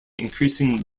increasing